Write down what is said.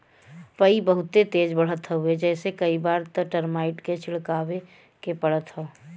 पई बहुते तेज बढ़त हवे जेसे कई बार त टर्माइट के छिड़कवावे के पड़त हौ